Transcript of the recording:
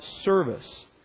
service